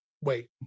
wait